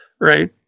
right